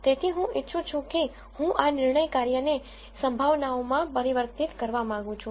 તેથી હું ઇચ્છું છું કે હું આ નિર્ણય કાર્યને સંભાવનાઓમાં પરિવર્તિત કરવા માંગુ છું